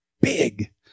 big